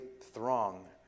throng